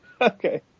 Okay